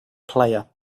player